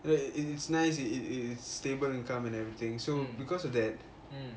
it it's nice it is stable income and everything so because of that